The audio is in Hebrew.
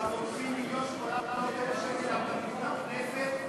אתה מוציא 1.8 מיליון שקל על תדמית הכנסת.